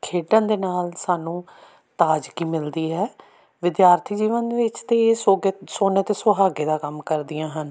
ਖੇਡਣ ਦੇ ਨਾਲ ਸਾਨੂੰ ਤਾਜ਼ਗੀ ਮਿਲਦੀ ਹੈ ਵਿਦਿਆਰਥੀ ਜੀਵਨ ਦੇ ਵਿੱਚ ਤਾਂ ਇਹ ਸੋਗੇ ਸੋਨੇ 'ਤੇ ਸੁਹਾਗੇ ਦਾ ਕੰਮ ਕਰਦੀਆਂ ਹਨ